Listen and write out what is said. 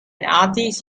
artist